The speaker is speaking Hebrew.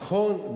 נכון,